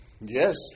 Yes